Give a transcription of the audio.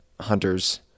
hunters